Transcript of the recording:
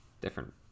different